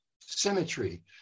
symmetry